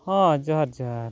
ᱦᱮᱸ ᱡᱚᱦᱟᱨ ᱡᱚᱦᱟᱨ